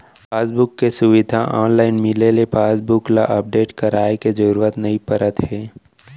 passbook के सुबिधा online मिले ले पासबुक ल अपडेट करवाए के जरूरत नइ परत हे